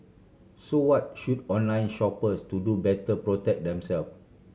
so what should online shoppers to do better protect themself